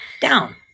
down